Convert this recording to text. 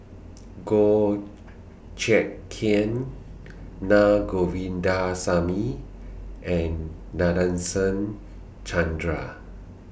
Goh Check Kheng Na Govindasamy and Nadasen Chandra